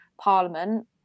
parliament